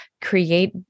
create